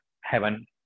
heaven